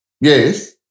yes